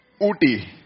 Uti